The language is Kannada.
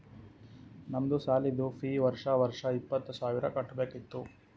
ನಮ್ದು ಸಾಲಿದು ಫೀ ವರ್ಷಾ ವರ್ಷಾ ಇಪ್ಪತ್ತ ಸಾವಿರ್ ಕಟ್ಬೇಕ ಇತ್ತು